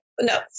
no